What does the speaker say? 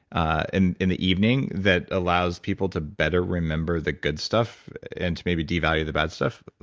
and in the evening, that allows people to better remember the good stuff and to maybe devalue the bad stuff?